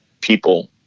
people